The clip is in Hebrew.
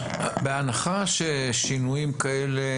בהנחה ששינויים כאלה